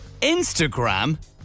Instagram